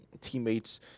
teammates